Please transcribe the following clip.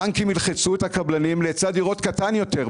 הבנקים ילחצו את הקבלנים להיצע דירות היה קטן יותר,